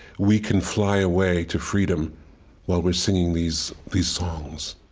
we can fly away to freedom while we're singing these these songs.